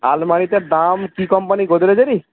আলমারিটার দাম কি কোম্পানির গোদরেজেরই